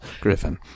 Griffin